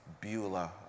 Beulah